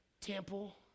temple